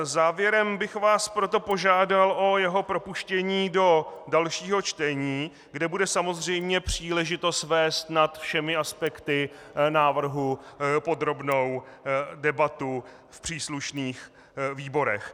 Závěrem bych vás proto požádal o jeho propuštění do dalšího čtení, kde bude samozřejmě příležitost vést nad všemi aspekty návrhu podrobnou debatu v příslušných výborech.